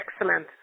excellent